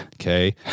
Okay